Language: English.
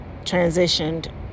transitioned